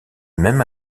même